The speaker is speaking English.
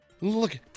Look